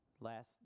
Last